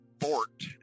fort